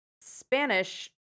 Spanish